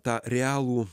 tą realų